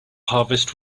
harvest